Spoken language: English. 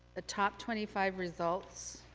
the top twenty five results,